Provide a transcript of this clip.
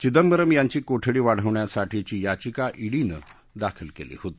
चिंदबरम यांची कोठडी वाढवण्यासाठीची याचिका ईडीनं दाखल केली होती